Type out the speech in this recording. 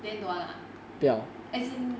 then don't want ah as in